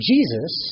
Jesus